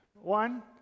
One